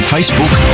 Facebook